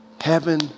Heaven